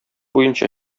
буенча